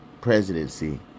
presidency